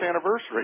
anniversary